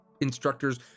Instructors